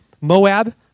Moab